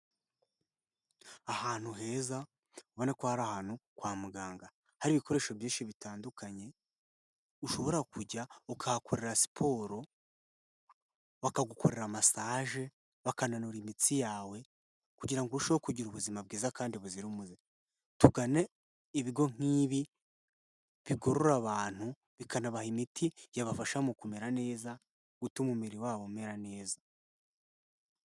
Ahantu heza ubona ko aha ari ahantu kwa muganga, hari ibikoresho byinshi bitandukanye ushobora kujya ukahakorera siporo, bakagukorera masaje bakananura imitsi yawe kugira ngo urusheho kugira ubuzima bwiza kandi buzira umuze, tugane ibigo nk'ibi bigorora abantu bikanabaha imiti yabafasha mu kumera neza, gutuma umubiri wabo umera neza.